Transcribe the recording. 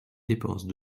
dépenses